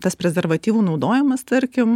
tas prezervatyvų naudojimas tarkim